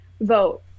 Vote